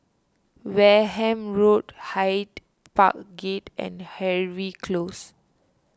Wareham Road Hyde Park Gate and Harvey Close